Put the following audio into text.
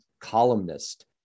columnist